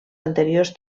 anteriors